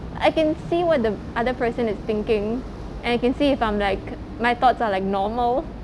I can see what the other person is thinking and I can see if I'm like my thoughts are like normal